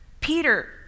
Peter